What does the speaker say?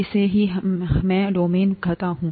इसे ही मैं डोमेन कहता हूं